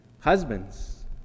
Husbands